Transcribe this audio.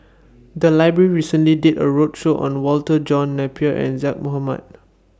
The Library recently did A roadshow on Walter John Napier and Zaqy Mohamad